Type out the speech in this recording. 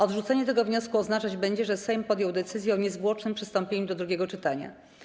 Odrzucenie tego wniosku będzie oznaczać, że Sejm podjął decyzję o niezwłocznym przystąpieniu do drugiego czytania.